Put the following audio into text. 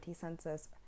census